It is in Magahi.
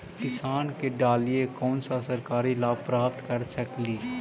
किसान के डालीय कोन सा सरकरी लाभ प्राप्त कर सकली?